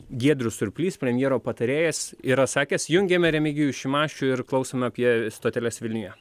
giedrius surplys premjero patarėjas yra sakęs jungiame remigijų šimašių ir klausom apie stoteles vilniuje